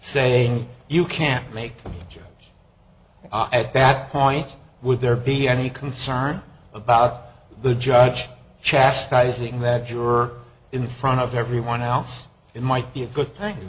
saying you can't make a jury at that point would there be any concern about the judge chastising that jerk in front of everyone else it might be a good thing